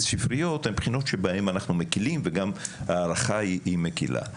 ספריות הן בחינות שבהן אנחנו מקילים וגם ההערכה היא מקילה.